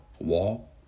wall